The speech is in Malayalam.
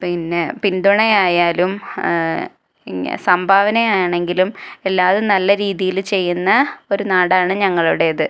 പിന്നെ പിന്തുണയായാലും പിന്നെ സംഭാവനയാണെങ്കിലും എല്ലാ ഇതും നല്ല രീതിയിൽ ചെയ്യുന്ന ഒരു നാടാണ് ഞങ്ങളുടേത്